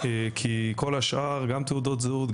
כי כל השאר גם תעודות זהות,